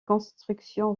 constructions